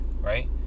right